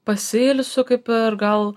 pasiilsiu kaip ir gal